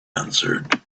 answered